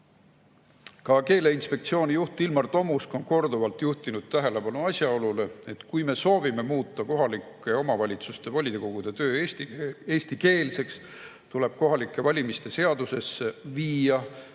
keeleinspektsiooni juht Ilmar Tomusk on korduvalt juhtinud tähelepanu asjaolule, et kui me soovime muuta kohalike omavalitsuste volikogude töö eestikeelseks, tuleb kohalike valimiste seadusesse uuesti sisse viia nõue,